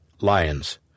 Lions